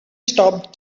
stopped